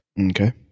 Okay